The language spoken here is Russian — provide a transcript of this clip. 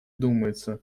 думается